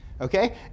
Okay